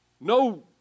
No